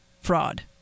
fraud